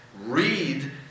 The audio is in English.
Read